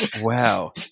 Wow